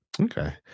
okay